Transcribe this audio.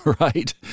right